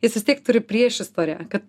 jis vis tiek turi priešistorę kad